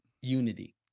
unity